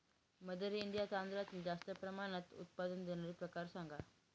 mother India तांदळातील जास्त प्रमाणात उत्पादन देणारे प्रकार सांगा